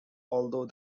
although